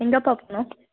எங்கேப்பா போகணும்